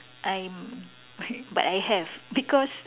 I'm but I have because